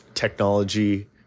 Technology